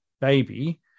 baby